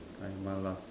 I malas